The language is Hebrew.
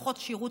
פחות שירות,